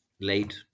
late